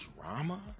drama